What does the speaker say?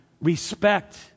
respect